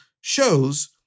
shows